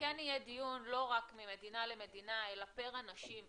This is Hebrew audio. שכן יהיה דיון לא רק בנושא של ממדינה למדינה אלא פר אנשים,